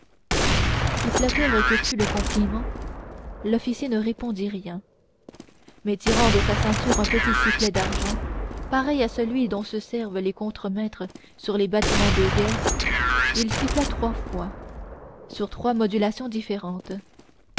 si flatteur que fût le compliment l'officier ne répondit rien mais tirant de sa ceinture un petit sifflet d'argent pareil à celui dont se servent les contremaîtres sur les bâtiments de guerre il siffla trois fois sur trois modulations différentes